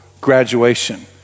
graduation